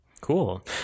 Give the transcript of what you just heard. Cool